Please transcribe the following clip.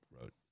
wrote